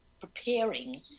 preparing